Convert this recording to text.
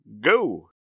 go